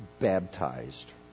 baptized